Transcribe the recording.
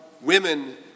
women